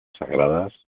sagradas